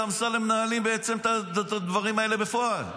אמסלם בעצם מנהלים את הדברים האלה בפועל.